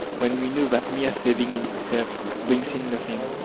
when we know that mere saving in itself brings in nothing,